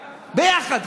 ביחד,